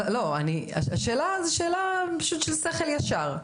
השאלה היא שאלה של שכל ישר.